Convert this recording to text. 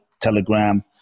Telegram